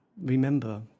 remember